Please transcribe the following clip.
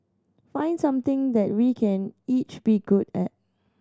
find something that we can each be good at